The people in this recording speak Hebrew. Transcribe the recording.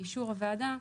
באישור הוועדה,